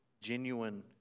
genuine